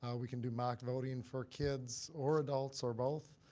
ah we can do mock voting for kids, or adults, or both.